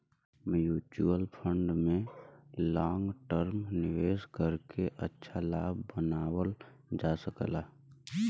mutual fund में long term निवेश करके अच्छा लाभ बनावल जा सकला